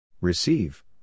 Receive